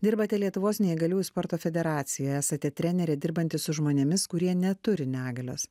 dirbate lietuvos neįgaliųjų sporto federacija esate trenerė dirbanti su žmonėmis kurie neturi negalios